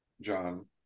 John